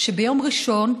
שביום ראשון,